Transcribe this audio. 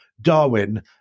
Darwin